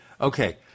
Okay